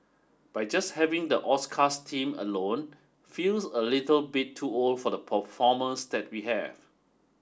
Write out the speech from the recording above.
but just having the Oscars team alone feels a little bit too old for the performers that we have